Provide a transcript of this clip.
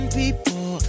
people